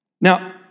Now